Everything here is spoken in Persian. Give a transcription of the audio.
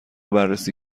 بررسی